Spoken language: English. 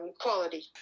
quality